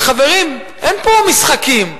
חברים, אין פה משחקים,